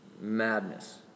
madness